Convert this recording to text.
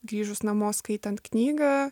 grįžus namo skaitant knygą